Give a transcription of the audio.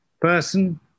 person